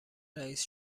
رئیس